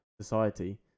society